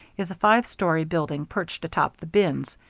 is a five-story building perched atop the bins.